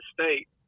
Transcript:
state